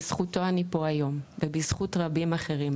בזכותו אני פה היום ובזכות רבים אחרים,